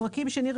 פרקים שני,